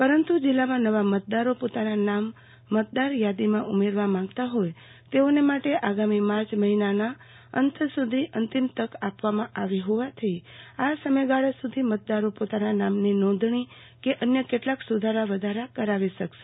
પરંતુ જિલ્લામાં નવા મતદારો પોતાના નામ મતદારયાદીમાં ઉમેરવા માંગતા હોથ તેઓને માટે આગામી માર્ચ મહિનાના અંત સુધી અંતિમ તક આપવામાં આવી હોવાથી આ સમયગાળા સુધી મતદારો પોતાના નામની નોંધણી કે અન્ય કેટલાક સુધારા વધારા કરી શકાસે